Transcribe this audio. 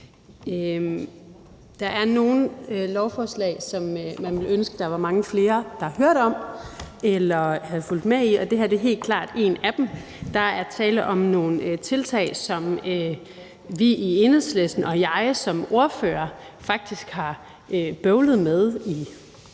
Der er nogle lovforslag, som man ville ønske der var mange flere der hørte om eller havde fulgt med i, og det her er helt klart et af dem. Der er tale om nogle tiltag, som vi i Enhedslisten og jeg som ordfører faktisk har bøvlet med i